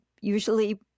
usually